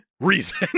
reason